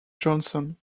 johnston